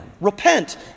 Repent